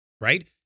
right